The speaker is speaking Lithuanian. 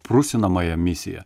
prusinamąją misiją